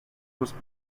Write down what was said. was